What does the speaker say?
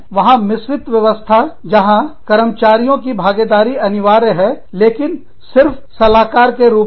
वहां मिश्रित व्यवस्था जहां कर्मचारियों की भागीदारी अनिवार्य है लेकिन सिर्फ सलाहकार के रूप में